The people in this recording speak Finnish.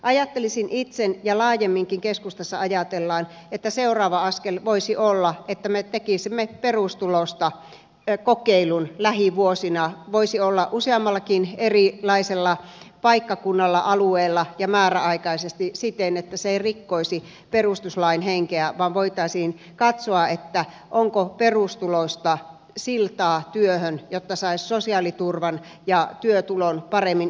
ajattelisin itse ja laajemminkin keskustassa ajatellaan että seuraava askel voisi olla että me tekisimme perustulosta kokeilun lähivuosina voisi olla useammallakin erilaisella paikkakunnalla alueella ja määräaikaisesti siten että se ei rikkoisi perustuslain henkeä vaan voitaisiin katsoa onko perustulosta siltaa työhön jotta saisi sosiaaliturvan ja työtulon paremmin yhteensovitettua